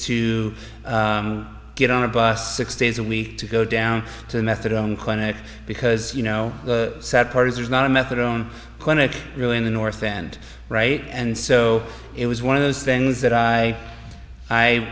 to get on a bus six days a week to go down to the methadone clinic because you know the sad part is there's not a methadone clinic really in the north end right and so it was one of those things that i i